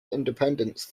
independence